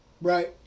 Right